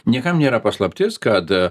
niekam nėra paslaptis kad